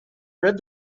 read